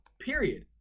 period